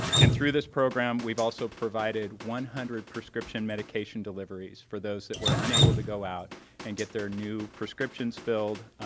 and through this program, we've also provided one hundred prescription medication deliveries for those that were unable to go out and get their new prescriptions filled,